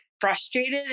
frustrated